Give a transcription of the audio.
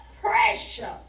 pressure